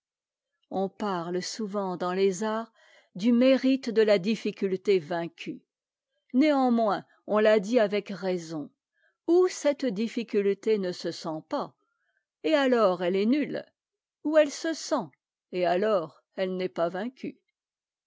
on parle souvent dans les arts du mérite de la difccùtté vaincue néanmoins on l'a dit avec raison ou cette difficulté ne se sent pas et alors elle est nulle ou elle se mk et alors elle n'est pas vaincue